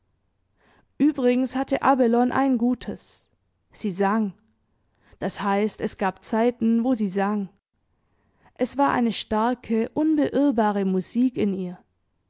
übrigens hatte abelone ein gutes sie sang das heißt es gab zeiten wo sie sang es war eine starke unbeirrbare musik in ihr